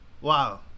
Wow